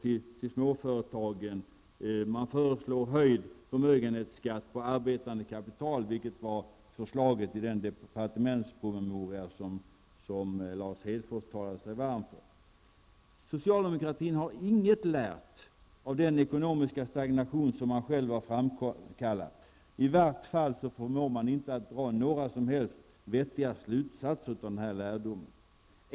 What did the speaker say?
De föreslår en höjning av förmögenhetsskatten på arbetande kapital, vilket föreslogs i den departementspromemoria som Lars Hedfors talade sig varm för. Socialdemokraterna har inget lärt av den ekonomiska stagnation som de själva har framkallat -- i vart fall förmår de inte att dra några vettiga slutsatser av denna lärdom.